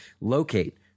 locate